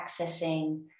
accessing